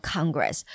Congress